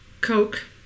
Coke